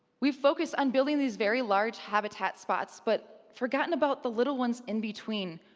we've focused on building these very large habitat spots but forgotten about the little ones in between,